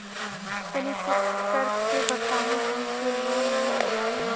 तनि चेक कर के बताई हम के लोन मिल जाई?